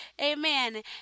Amen